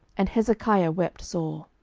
and hezekiah wept sore.